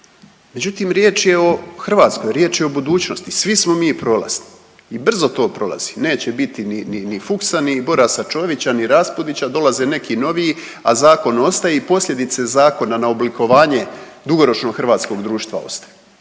Međutim, riječ je o Hrvatskoj, riječ je o budućnosti. Svi smo mi prolazni i brzo to prolazi, neće biti ni Fuchsa ni Borasa, Čovića ni Raspudića, dolaze neki novi, a zakon ostaje i posljedice zakona na oblikovanje dugoročno hrvatskog društva ostaje.